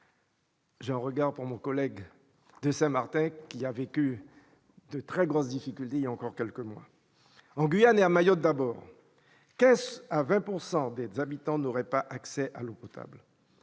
je regarde notre collègue de Saint-Martin, qui a vécu de très grosses difficultés voilà encore quelques mois. En Guyane et à Mayotte, d'abord, 15 % à 20 % des habitants n'auraient pas accès à l'eau potable.